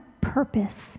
purpose